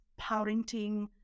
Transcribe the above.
parenting